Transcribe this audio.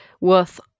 worth